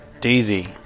Daisy